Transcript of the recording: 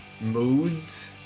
moods